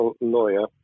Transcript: lawyer